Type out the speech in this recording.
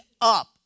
up